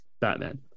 Batman